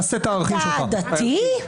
אתה דתי?